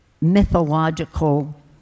mythological